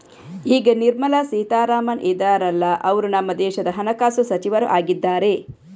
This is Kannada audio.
ಈಗ ನಿರ್ಮಲಾ ಸೀತಾರಾಮನ್ ಇದಾರಲ್ಲ ಅವ್ರು ನಮ್ಮ ದೇಶದ ಹಣಕಾಸು ಸಚಿವರು ಆಗಿದ್ದಾರೆ